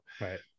Right